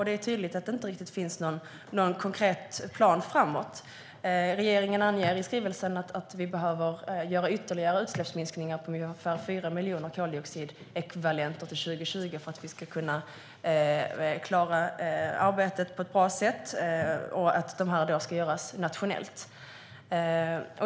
Det är tydligt att det inte finns någon konkret plan framåt. Regeringen anger i skrivelsen att det behövs ytterligare utsläppsminskningar med ungefär 4 miljoner koldioxidekvivalenter till 2020 och att det arbetet ska ske nationellt.